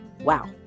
wow